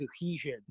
cohesion